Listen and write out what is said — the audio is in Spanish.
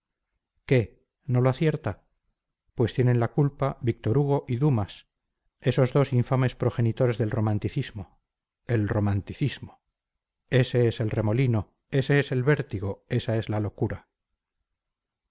qué no lo acierta pues tienen la culpa víctor hugo y dumas esos dos infames progenitores del romanticismo el romanticismo ese es el remolino ese es el vértigo esa es la locura